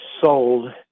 sold